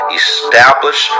establish